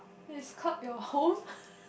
describe your home